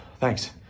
Thanks